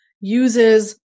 uses